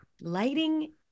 Lighting